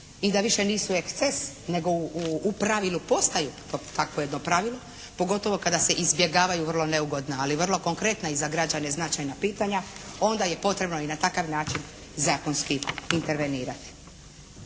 i da više nisu eksces nego u pravilu postaju takvo jedno pravilo, pogotovo kada se izbjegavaju vrlo neugodna, ali vrlo konkretna i za građane značajna pitanja onda je potrebno i na takav način zakonski intervenirati.